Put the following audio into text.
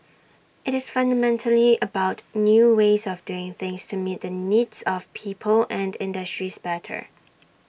IT is fundamentally about new ways of doing things to meet the needs of people and industries better